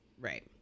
Right